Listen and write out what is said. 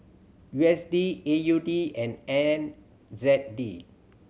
U S D A U D and N Z D